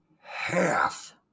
half